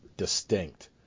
distinct